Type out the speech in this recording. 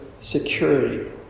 security